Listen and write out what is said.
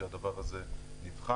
והדבר הזה נבחן.